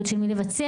של מי האחריות לבצע,